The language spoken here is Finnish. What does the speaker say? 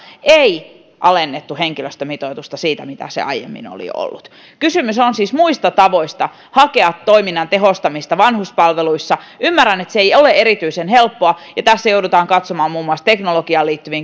ei alennettu henkilöstömitoitusta siitä mitä se aiemmin oli ollut kysymys on siis muista tavoista hakea toiminnan tehostamista vanhuspalveluissa ymmärrän että se ei ole erityisen helppoa ja tässä joudutaan katsomaan muun muassa teknologiaan liittyviä